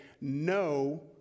no